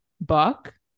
book